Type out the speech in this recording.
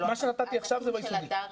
מה שנתתי עכשיו זה ביסודי.